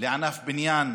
בענף בניין,